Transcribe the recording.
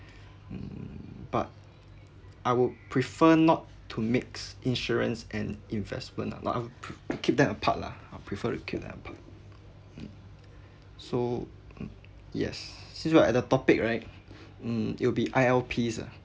mm but I would prefer not to mix insurance and investment lah no I'm pr~ keep them apart lah I prefer it keep them apart mm so mm yes since you're at the topic right mm it'll be I_L_Ps ah